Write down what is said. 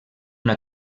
una